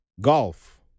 golf